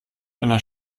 einer